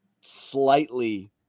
slightly